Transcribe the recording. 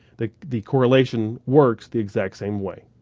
the the correlation works the exact same way.